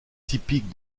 typique